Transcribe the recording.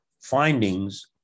findings